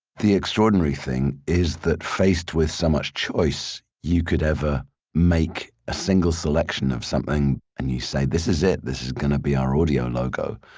the extraordinary thing is that faced with so much choice you could ever make a single selection of something and you say, this is it. this is going to be our audio logo.